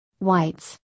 whites